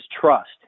trust